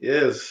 Yes